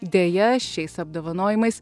deja šiais apdovanojimais